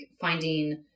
finding